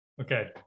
Okay